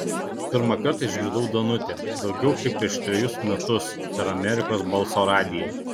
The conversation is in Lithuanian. pirmą kartą išgirdau danutę daugiau kaip prieš trejus metus per amerikos balso radiją